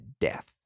death